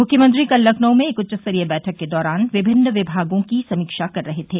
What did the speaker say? मुख्यमंत्री कल लखनऊ में एक उच्चस्तरीय बैठक के दौरान विभिन्न विभागों की समीक्षा कर रहे थे